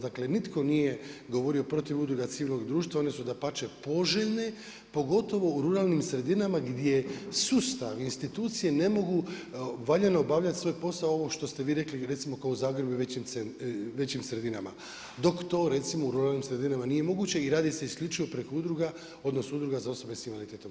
Dakle, nitko nije govorio protiv udruga civilnog društva, one su dapače poželjne pogotovo u ruralnim sredinama gdje sustav i institucije ne mogu valjano obavljati svoj posao Ovo što ste vi rekli, recimo kao u Zagrebu i većim sredinama dok to recimo u ruralnim sredinama nije moguće i radi se isključivo preko udruga odnosno Udruga za osobe sa invaliditetom.